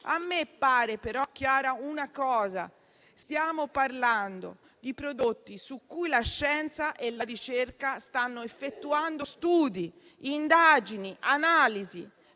a me pare però chiara una cosa: stiamo parlando di prodotti su cui la scienza e la ricerca stanno effettuando studi, indagini e analisi.